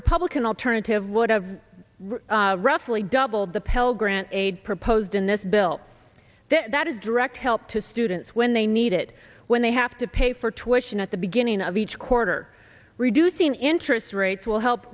republican alternative would have roughly doubled the pell grant aid proposed in this bill that is direct help to students when they need it when they have to pay for twitchin at the beginning of each quarter reducing interest rates will help